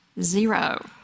zero